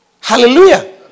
Hallelujah